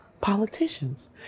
politicians